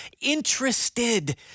interested